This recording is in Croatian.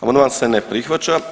Amandman se ne prihvaća.